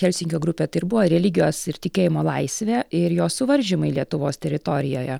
helsinkio grupė tai ir buvo religijos ir tikėjimo laisvė ir jos suvaržymai lietuvos teritorijoje